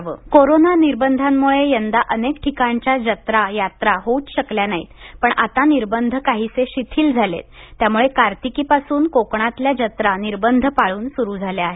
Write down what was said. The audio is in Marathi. यात्रा सिंधदर्ग कोरोना निर्बंधांमुळे यंदा अनेक ठिकाणच्या जत्रा यात्रा होऊच शकल्या नाहीत पण आता निर्बंध काहीशे शिथिल झाले आहेत त्यामुळे कार्तिकी पासून कोकणातल्या जत्रा निर्बंध पाळून सुरू झाल्या आहेत